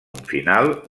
final